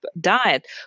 Diet